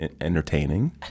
entertaining